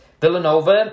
Villanova